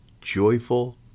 joyful